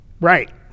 Right